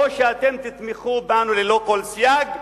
או שאתם תתמכו בנו ללא כל סייג,